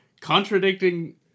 contradicting